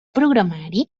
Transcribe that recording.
programari